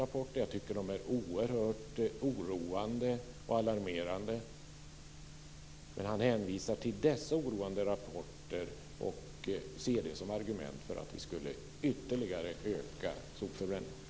Jag tycker att de är oerhört oroande och alarmerande. Han hänvisar till dessa oroande rapporter och ser dem som argument för att ytterligare öka sopförbränningen.